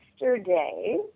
yesterday